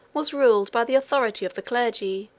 was ruled by the authority of the clergy,